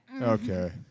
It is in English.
okay